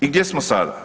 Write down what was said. I gdje smo sada?